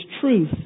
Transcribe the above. truth